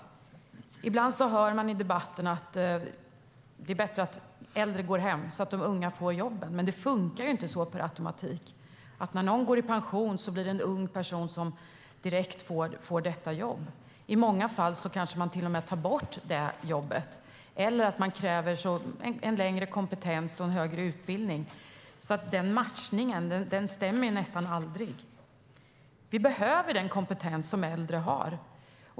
Ibland hör man i debatten att det är bättre att äldre går hem så att de unga får jobben, men det fungerar inte så per automatik, att när någon går i pension får en ung person direkt det jobbet. I många fall kanske man till och med tar bort jobbet, eller också kräver man längre kompetens eller högre utbildning, så den matchningen stämmer nästan aldrig. Vi behöver den kompetens som äldre har.